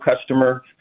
customer